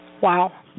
Wow